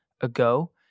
ago